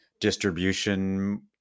distribution